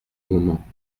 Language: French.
moment